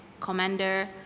Commander